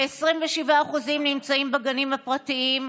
כ-27% נמצאים בגנים פרטיים,